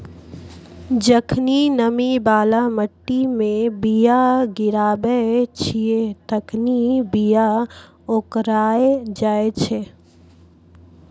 जखनि नमी बाला मट्टी मे बीया गिराबै छिये तखनि बीया ओकराय जाय छै